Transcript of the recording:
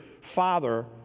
Father